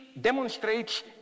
demonstrates